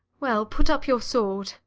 well, put up your sword.